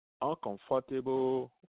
uncomfortable